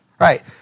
Right